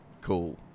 cool